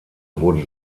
wurde